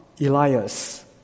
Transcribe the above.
Elias